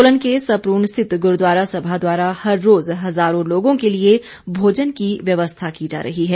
सोलन के सपरून स्थित गुरूद्वारा सभा द्वारा हर रोज़ हज़ारों लोगों के लिए भोजन की व्यवस्था की जा रही है